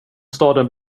staden